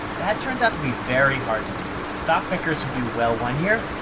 that turns out to be very hard to do. stockpickers who do well one year,